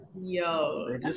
Yo